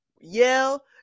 yell